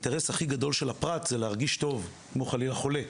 האינטרס הכי גדול של הפרט זה להרגיש טוב אם הוא חלילה חולה,